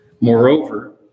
Moreover